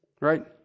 Right